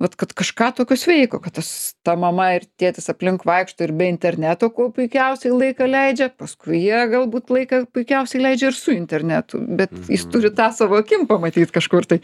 vat kad kažką tokio sveiko kad tas ta mama ir tėtis aplink vaikšto ir be interneto ko puikiausiai laiką leidžia paskui jie galbūt laiką puikiausiai leidžia ir su internetu bet jis turi tą savo akim pamatyt kažkur tai